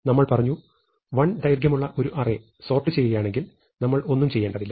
നമ്മൾ പറഞ്ഞു 1 ദൈർഘ്യമുള്ള ഒരു അറേ സോർട്ട് ചെയ്യുകയാണെങ്കിൽ നമ്മൾ ഒന്നും ചെയ്യേണ്ടതില്ല